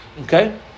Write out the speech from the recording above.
Okay